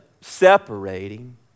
separating